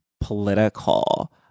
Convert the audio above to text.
political